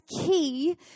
key